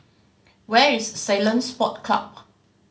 where is Ceylon Sport Club